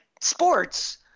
sports